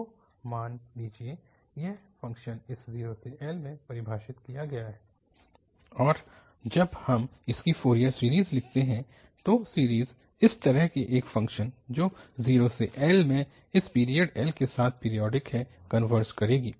तो मान लीजिए यह फ़ंक्शन इस 0L में परिभाषित किया गया है और जब हम इसकी फ़ोरियर सीरीज़ लिखते हैं तो सीरीज़ इस तरह के एक फ़ंक्शन जो 0L में इस पीरियड L के साथ पीरियोडिक है कनवर्ज करेगी